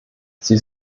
sie